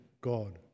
God